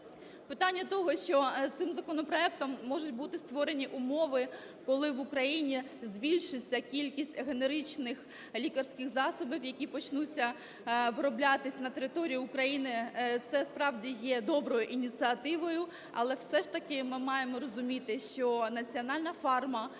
Питання того, що цим законопроектом можуть бути створені умови, коли в Україні збільшиться кількість генеричних лікарських засобів, які почнуть вироблятися на території України. Це справді є доброю ініціативою, але все ж таки ми маємо розуміти, що національна фарма